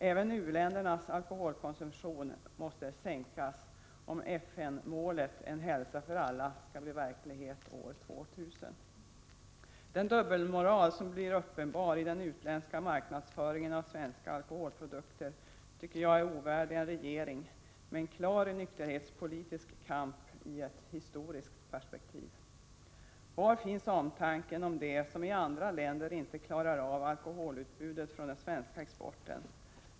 Även uländernas alkoholkonsumtion måste sänkas, om FN:s mål En hälsa för alla skall bli verklighet år 2000. Den dubbelmoral som blir uppenbar i den utländska marknadsföringen av svenska alkoholprodukter är ovärdig en regering med en klar nykterhetspolitisk kamp i ett historiskt perspektiv. Var finns omtanken om dem i andra länder som inte klarar av alkoholutbudet från den svenska exporten?